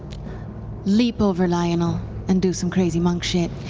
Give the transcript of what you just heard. leap over lionel and do some crazy monk shit.